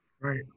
Right